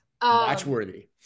Watchworthy